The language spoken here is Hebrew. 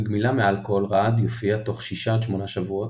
בגמילה מאלכוהול רעד יופיע תוך 6-8 שעות,